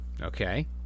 okay